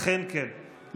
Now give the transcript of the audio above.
אכן כן,